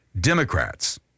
Democrats